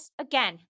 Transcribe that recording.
Again